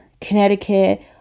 Connecticut